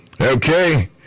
Okay